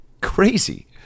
Crazy